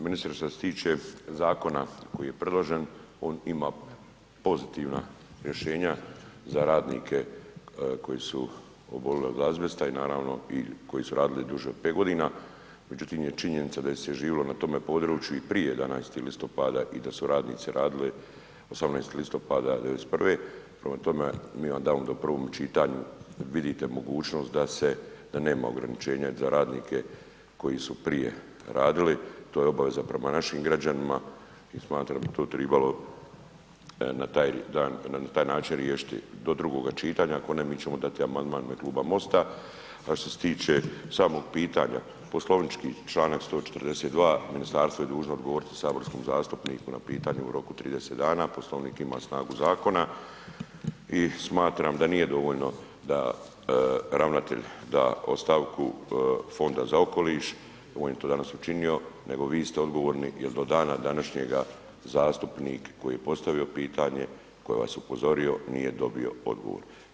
Ministre, šta se tiče zakona koji je predložen, on ima pozitivna rješenja za radnike koji su obolili od azbesta i naravno i koji su radili duže od 5.g., međutim je činjenica da je se živio na tome području i prije 11. listopada i da su radnici radili 18. listopada '91., prema tome, mi … [[Govornik se ne razumije]] u prvom čitanju vidite mogućnost da nema ograničenja za radnike koji su prije radili, to je obaveza prema našim građanima i smatram da bi to tribalo na taj način riješiti do drugoga čitanja, ako ne mi ćemo dati amandman u ime Kluba MOST-a, a što se tiče samog pitanja poslovnički čl. 142. ministarstvo je dužno odgovoriti saborskom zastupniku na pitanje u roku 30 dana, Poslovnik ima snagu zakona i smatram da nije dovoljno da ravnatelj da ostavku Fonda za okoliš, on je to danas učinio, nego vi ste odgovorni jel do dana današnjega zastupnik koji je postavio pitanje, koji vas je upozorio, nije dobio odgovor.